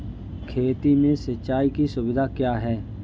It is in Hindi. खेती में सिंचाई की सुविधा क्या है?